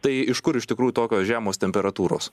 tai iš kur iš tikrųjų tokios žemos temperatūros